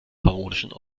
harmonischen